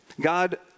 God